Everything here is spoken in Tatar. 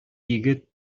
егет